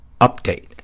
Update